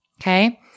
Okay